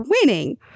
winning